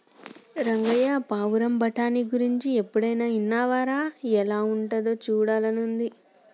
రంగయ్య పావురం బఠానీ గురించి ఎన్నడైనా ఇన్నావా రా ఎలా ఉంటాదో సూడాలని ఉంది